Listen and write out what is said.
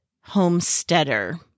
homesteader